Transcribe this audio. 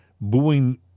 booing